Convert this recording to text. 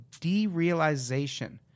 derealization